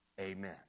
Amen